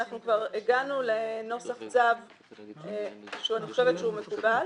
כבר הגענו לנוסח צו שאני חושבת שהוא מקובל.